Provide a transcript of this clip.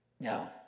No